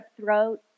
throat